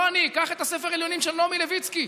ולא אני, קח את הספר עליונים של נעמי לויצקי,